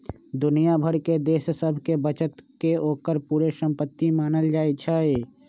दुनिया भर के देश सभके बचत के ओकर पूरे संपति मानल जाइ छइ